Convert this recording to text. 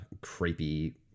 creepy